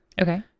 Okay